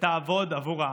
ותעבוד עבור העם.